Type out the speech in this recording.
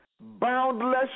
boundless